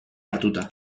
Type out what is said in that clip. hartuta